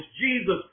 Jesus